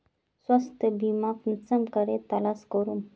स्वास्थ्य बीमा कुंसम करे तलाश करूम?